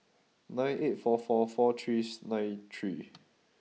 nine eight four four four three nine three